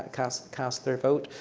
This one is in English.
cast cast their vote.